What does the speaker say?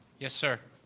yes, sir?